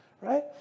right